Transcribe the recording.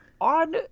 on